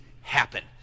happen